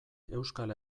euskal